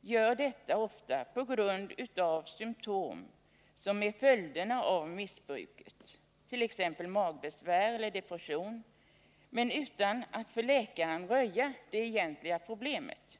gör detta ofta på grund av symtom som är följderna av missbruket, t.ex. magbesvär eller depression, men utan att för läkaren röja det egentliga problemet.